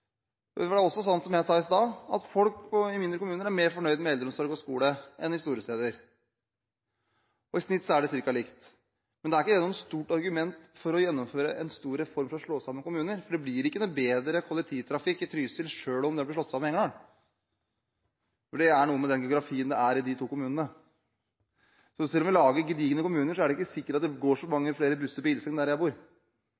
Schou som var opptatt av statens innbyggerundersøkelse. Det er helt rett, som representanten Ingjerd Schou sier, at folk i store byer er mer fornøyd med kollektivtrafikken enn folk i små bygder. Det er helt logisk, og det viser at innbyggerundersøkelsen har en del for seg. Det er også sånn, som jeg sa i stad, at folk i mindre kommuner er mer fornøyd med eldreomsorg og skole enn folk på store steder. I snitt er det ca. likt. Men nå er ikke det noe stort argument for å gjennomføre en stor reform for å slå sammen kommuner, for det blir ikke noe bedre kollektivtrafikk i Trysil selv om kommunen blir slått